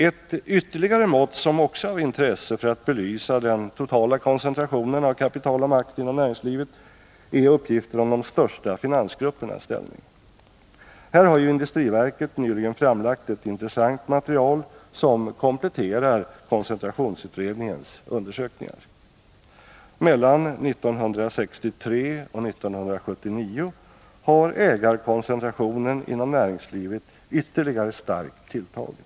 Ett ytterligare mått som också är av intresse för att belysa den totala koncentrationen av kapital och makt inom näringslivet är uppgifter om de största finansgruppernas ställning. Här har ju industriverket nyligen framlagt ett intressant material som kompletterar koncentrationsutredningens undersökningar. Mellan 1963 och 1979 har ägarkoncentrationen inom näringslivet ytterligare starkt tilltagit.